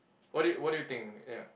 what do you what do you think ya